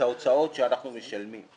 ההוצאות שאנחנו משלמים,